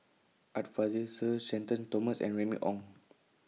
Art Fazil Sir Shenton Thomas and Remy Ong